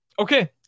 Okay